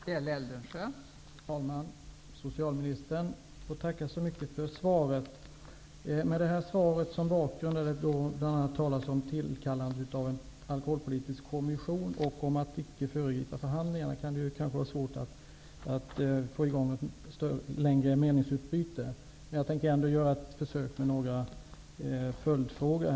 Fru talman! Socialministern! Jag får tacka så mycket för svaret. Med det här svaret som bakgrund, där det bl.a. talas om tillkallandet av en alkoholpolitisk kommission och om att icke föregripa förhandlingarna, kan det kanske vara svårt att få i gång något längre meningsutbyte. Jag tänker ändå göra ett försök med några följdfrågor.